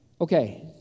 Okay